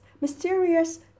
Mysterious